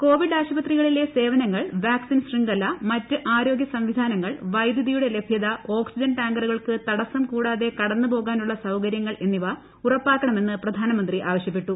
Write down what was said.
Covid ആശുപത്രികളിലെ സേവനങ്ങൾ vaccine ശൃംഖല മറ്റ് ആരോഗ്യ സംവിധാനങ്ങൾ വൈദ്യുതിയുടെ ലഭ്യത ഓക്സിജൻ ടാങ്കറുകൾക്ക് തടസ്സം കൂടാതെ കടന്നുപോകാനുള്ള സൌകര്യങ്ങൾ എന്നിവ ഉറപ്പാക്കണമെന്ന് പ്രധാനമന്ത്രി ആവശൃപ്പെട്ടു